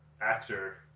actor